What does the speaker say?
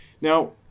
Now